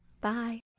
Bye